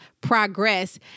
progress